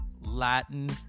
Latin